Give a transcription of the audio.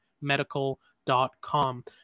medical.com